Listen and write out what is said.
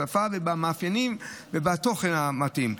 בשפה, במאפיינים ובתוכן המתאים.